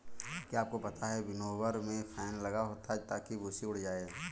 क्या आपको पता है विनोवर में फैन लगा होता है ताकि भूंसी उड़ जाए?